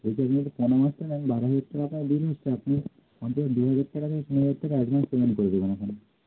ওইটা নিয়ে পনেরো হাজার টাকা বারো হাজার টাকা প্রায় বিল হচ্ছে আপনি অন্তত দেড় হাজার টাকা থেকে তিন হাজার টাকা অ্যাডভান্স পেমেন্ট করে দেবেন ওখানে